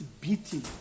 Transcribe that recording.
beating